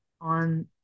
on